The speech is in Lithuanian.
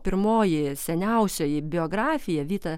pirmoji seniausioji biografija vyta